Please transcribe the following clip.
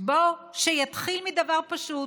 שיתחיל מדבר פשוט.